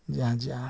جی ہاں جی ہاں